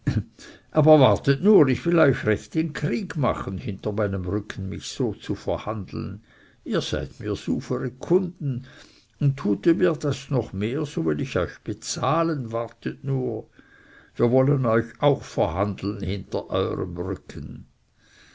aber wartet nur ich will euch recht den krieg machen hinter meinem rücken mich so zu verhandeln ihr seid mir sufere kunden und tut ihr mir das noch mehr so will ich euch bezahlen wartet nur wir wollen euch auch verhandeln hinter eurem rücken